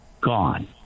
gone